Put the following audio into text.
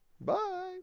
Bye